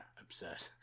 absurd